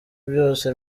byose